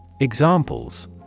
Examples